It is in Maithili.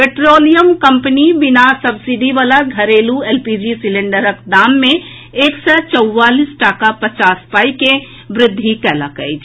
पेट्रोलियम कंपनी बिना सब्सिडी वला घरेलू एलपीजी सिलेंडरक दाम मे एक सय चौवालीस टाका पचास पाई के वृद्धि कयलक अछि